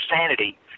sanity